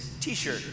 t-shirt